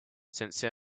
since